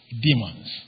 demons